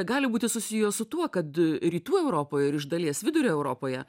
gali būti susiję su tuo kad rytų europoje ir iš dalies vidurio europoje